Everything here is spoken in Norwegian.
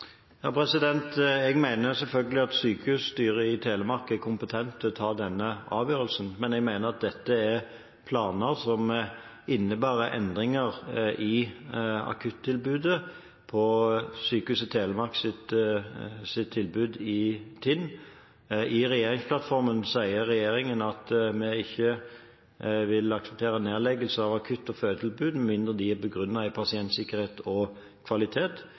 Jeg mener selvfølgelig at sykehusstyret i Telemark er kompetent til å ta denne avgjørelsen, men at dette er planer som innebærer endringer i Sykehuset Telemarks akuttilbud i Tinn. I regjeringsplattformen sier regjeringen at vi ikke vil akseptere nedleggelser av akutt- og fødetilbud, med mindre de er begrunnet i pasientsikkerhet og kvalitet.